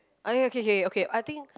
ah ya okay okay okay I think